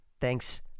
Thanks